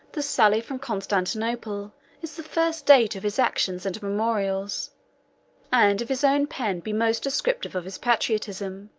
the sally from constantinople is the first date of his actions and memorials and if his own pen be most descriptive of his patriotism,